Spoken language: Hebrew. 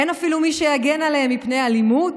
אין אפילו מי שיגן עליהם מפני אלימות,